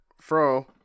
Fro